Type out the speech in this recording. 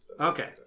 Okay